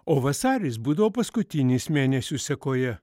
o vasaris būdavo paskutinis mėnesių sekoje